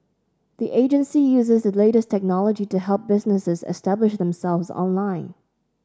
the agency uses the latest technology to help businesses establish themselves online